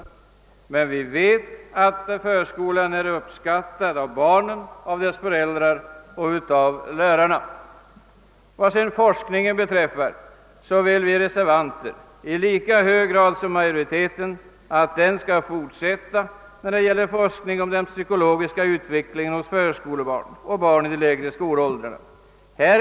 Vi vet emellertid att förskolan är uppskattad av barnen, deras föräldrar och lärarna. Vi reservanter vill i lika hög grad som utskottsmajoriteten att forskningen om den psykologiska utvecklingen hos förskolebarn och barn i lägre skolåldrar skall fortsätta.